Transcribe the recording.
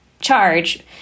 charge